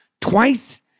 twice